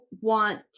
want